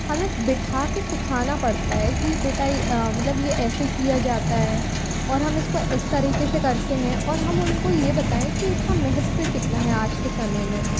हमें बिठा के सिखाना पड़ता है कि बेटा ये मतलब ये ऐसे किया जाता है और हम इसको इस तरीके से करते हैं और हम उनको ये बताएं की इसका महत्व कितना हैं आज के समय में